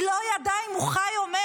היא לא ידעה אם הוא חי או מת.